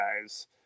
guys